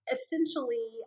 Essentially